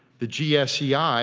the gsei, yeah